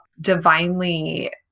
divinely